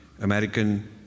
American